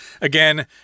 Again